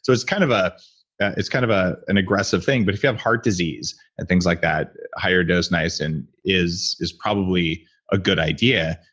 so it's kind of ah it's kind of ah an aggressive thing, but if you have heart disease and things like that higher-dose niacin is is probably a good idea,